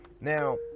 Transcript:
Now